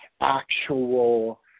actual